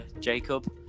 jacob